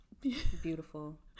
Beautiful